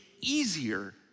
easier